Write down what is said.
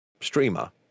streamer